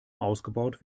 ausgebaut